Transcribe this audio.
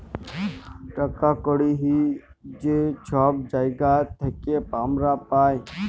টাকা কড়হি যে ছব জায়গার থ্যাইকে আমরা পাই